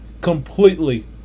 completely